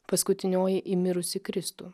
paskutinioji į mirusį kristų